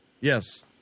Yes